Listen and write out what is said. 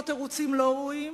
או תירוצים לא ראויים,